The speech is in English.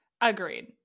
agreed